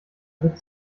wird